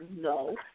No